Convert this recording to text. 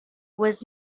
was